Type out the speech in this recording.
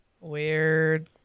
Weird